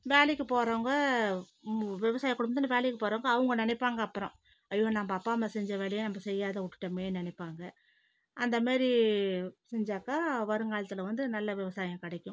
வேலைக்கு போகிறவங்க விவசாய குடும்பத்தில் வேலைக்கு போகிறவங்க அவங்க நினைப்பாங்க அப்புறம் ஐயோ நம்ம அப்பா அம்மா செஞ்ச வேலையை நம்ம செய்யாத விட்டுட்டோமே நினைப்பாங்க அந்த மாரி செஞ்சாக்கா வருங்காலத்தில் வந்து நல்ல விவசாயம் கிடைக்கும்